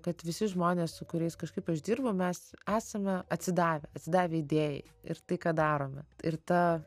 kad visi žmonės su kuriais kažkaip aš dirbu mes esame atsidavę atsidavę idėjai ir tai ką darome ir ta